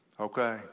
okay